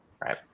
right